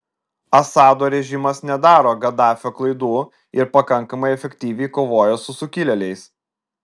assado režimas nedaro gaddafio klaidų ir pakankamai efektyviai kovoja su sukilėliais